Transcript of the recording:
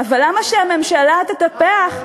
אבל למה שהממשלה תטפח,